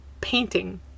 painting